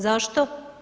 Zašto?